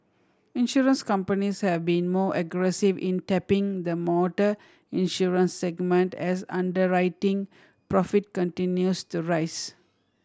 insurance companies have been more aggressive in tapping the motor insurance segment as underwriting profit continues to rise